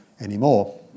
anymore